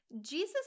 Jesus